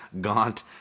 gaunt